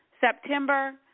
September